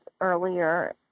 earlier